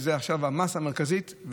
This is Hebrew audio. שעכשיו זו המאסה המרכזית.